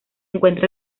encuentra